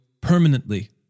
permanently